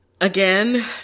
Again